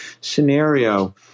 scenario